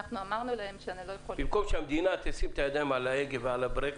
אמרנו להם --- במקום שהמדינה תשים את הידיים על ההגה ועל הברקס.